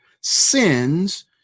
sins